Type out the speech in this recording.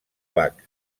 bac